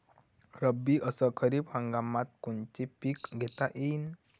रब्बी अस खरीप हंगामात कोनचे पिकं घेता येईन?